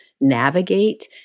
navigate